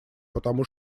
потому